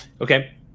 Okay